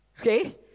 Okay